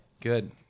Good